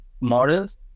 models